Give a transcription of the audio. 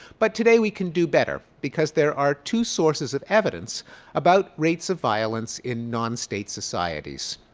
but today we can do better because there are two sources of evidence about rates of violence in non-state societies.